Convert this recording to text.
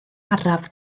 araf